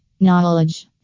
Knowledge